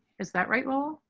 is that right, well,